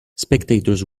spectators